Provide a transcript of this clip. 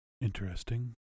Interesting